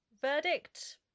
Verdict